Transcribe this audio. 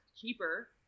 cheaper